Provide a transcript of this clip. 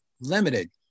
limited